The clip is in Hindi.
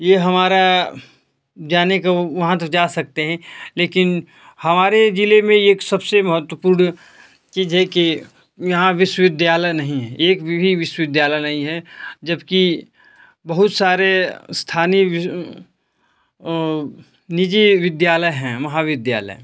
ये हमारा जाने का वहाँ तो जा सकते हैं लेकिन हमारे ज़िले में एक सबसे महत्वपूर्ण चीज़ है कि यहाँ विश्वविद्यालय नहीं है एक भी विश्वविद्यालय नहीं है जबकि बहुत सारे स्थानीय विश्व निजी विद्यालय हैं महाविद्यालय